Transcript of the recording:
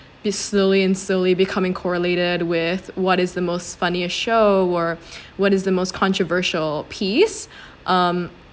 be slowly and slowly becoming correlated with what is the most funniest show or what is the most controversial piece um